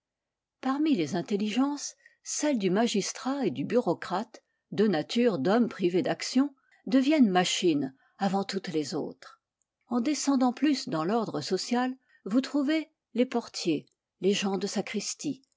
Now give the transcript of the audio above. parmi les intelligences celles du magistrat et du bureaucrate deux natures d'hommes privées d'action deviennent machines avant toutes les autres en descendant plus dans l'ordre social vous trouvez es portiers les gens de sacristie